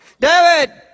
david